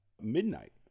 midnight